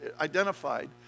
identified